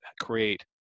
create